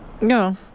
No